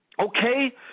Okay